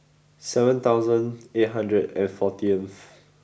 seven thousand eight hundred and fourteenth